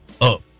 up